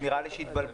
ונראה לי שהתבלבלת,